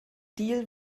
deal